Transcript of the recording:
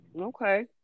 Okay